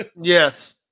yes